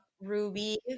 Ruby